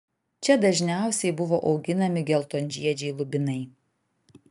čia dažniausiai buvo auginami geltonžiedžiai lubinai